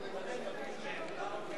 קבוצת סיעת חד"ש וקבוצת סיעת רע"ם-תע"ל